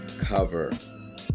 cover